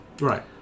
right